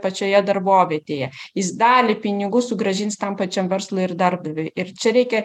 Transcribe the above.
pačioje darbovietėje jis dalį pinigų sugrąžins tam pačiam verslui ir darbdaviui ir čia reikia